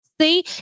See